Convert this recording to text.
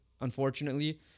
unfortunately